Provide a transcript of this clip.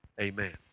Amen